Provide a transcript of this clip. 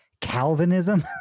Calvinism